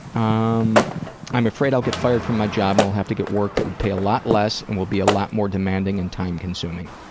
um i'm afraid i'll get fired from my job and will have to get work that would pay a lot less and would be a lot more demanding and time-consuming.